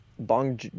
Bong